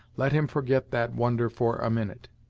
let him forget that wonder for a minute.